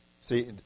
See